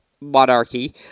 monarchy